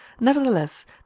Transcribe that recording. Nevertheless